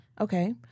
Okay